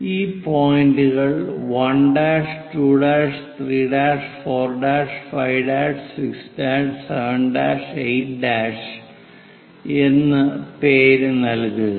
ഈ പോയിന്റുകൾക്ക് 1' 2' 3' 4' 5' 6' 7' 8' എന്ന് പേരു നൽകുക